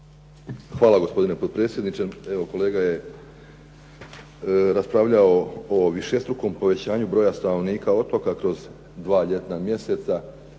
Hvala gospodine potpredsjedniče. Evo, kolega je raspravljao o višestrukom povećanju broja stanovnika otoka to su 2 ljetna mjeseca,